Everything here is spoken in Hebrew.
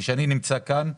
כשאני נמצא כאן,